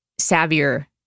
savvier